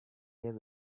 there